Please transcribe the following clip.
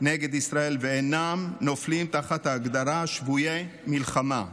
נגד ישראל ואינם נופלים תחת ההגדרה "שבויי מלחמה"